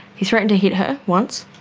he threatened to hit her once,